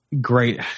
Great